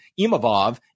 Imavov